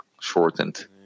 shortened